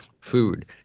food